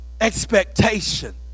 expectation